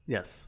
Yes